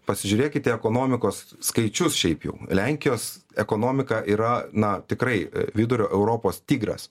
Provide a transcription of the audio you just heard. pasižiūrėkite ekonomikos skaičius šiaip jau lenkijos ekonomika yra na tikrai vidurio europos tigras